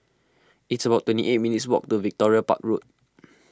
it's about twenty eight minutes' walk to Victoria Park Road